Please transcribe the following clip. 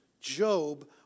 Job